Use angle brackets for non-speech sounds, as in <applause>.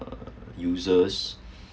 uh users <breath>